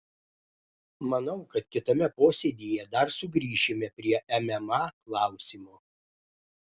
manau kad kitame posėdyje dar sugrįšime prie mma klausimo